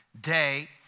day